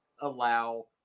allow